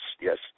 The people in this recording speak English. yes